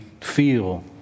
feel